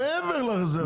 מעבר לרזרבה.